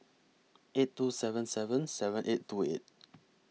eight two seven seven seven eight two eight